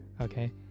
Okay